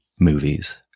movies